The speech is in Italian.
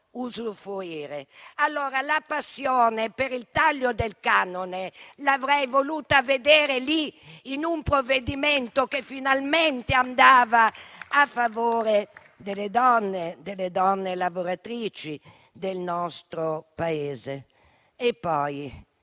La passione per il taglio del canone, avrei voluto vederla lì, in un provvedimento che finalmente andava a favore delle donne lavoratrici del nostro Paese. Vi